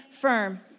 firm